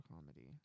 comedy